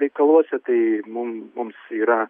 reikaluose tai mum mums yra